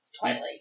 Twilight